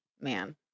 man